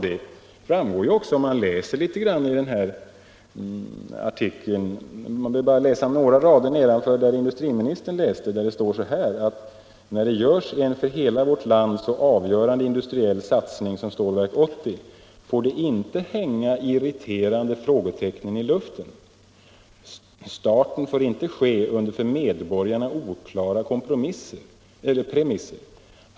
Det framgår också om man läser litet grand i artikeln. Bara några rader efter det avsnitt som industriministern citerade står det: ”När det görs en för hela vårt land så avgörande industriell satsning som Stålverk 80, får det inte hänga irriterande frågetecken i luften. Starten får inte ske under för medborgarna oklara premisser.